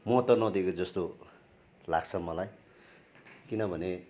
महत्त्व नदिएको जस्तो लाग्छ मलाई किनभने